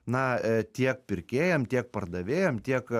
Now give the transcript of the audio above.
na tiek pirkėjam tiek pardavėjam tiek